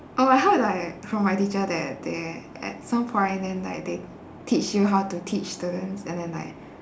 oh I heard like from my teacher that they at some point then like they teach you how to teach students and then like